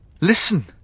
Listen